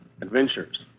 adventures